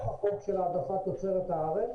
--- העדפות של תוצרת הארץ.